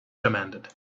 demanded